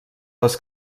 les